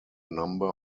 number